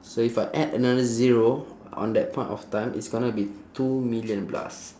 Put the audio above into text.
so if I add another zero on that point of time it's gonna be two million plus